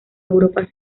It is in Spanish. europa